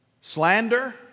Slander